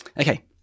Okay